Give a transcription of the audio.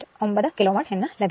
9 kilowatt എന്ന് ലഭിക്കും